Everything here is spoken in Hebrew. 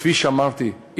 כפי שאמרתי,